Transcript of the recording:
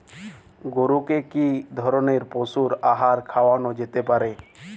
গরু কে কি ধরনের পশু আহার খাওয়ানো যেতে পারে?